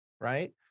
right